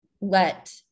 let